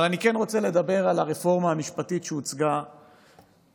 אבל אני כן רוצה לדבר על הרפורמה המשפטית שהוצגה השבוע,